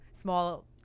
small